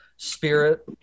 spirit